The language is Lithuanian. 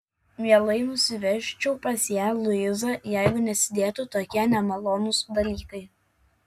mielai nusivežčiau pas ją luizą jeigu nesidėtų tokie nemalonūs dalykai